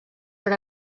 per